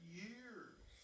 years